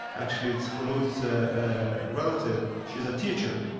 actually, it's kholoud's ah ah relative, she's a teacher.